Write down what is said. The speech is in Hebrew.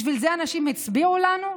בשביל זה אנשים הצביעו לנו?